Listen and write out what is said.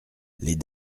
les